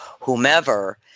whomever